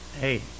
hey